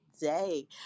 day